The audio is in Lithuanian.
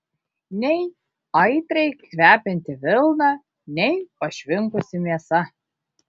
nei aitriai kvepianti vilna nei pašvinkusi mėsa